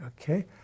okay